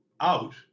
out